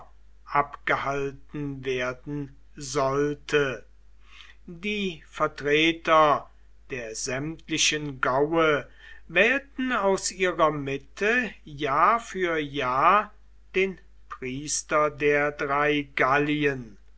abgehalten werden sollte die vertreter der sämtlichen gaue wählten aus ihrer mitte jahr für jahr den priester der drei gallien